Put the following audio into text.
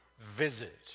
visit